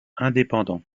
indépendant